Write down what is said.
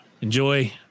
enjoy